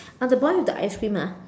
uh the boy with the ice cream ah